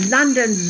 London